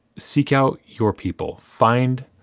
seek out your people. find.